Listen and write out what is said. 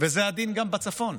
וזה הדין גם בצפון.